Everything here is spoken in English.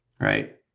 right